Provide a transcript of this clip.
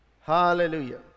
Hallelujah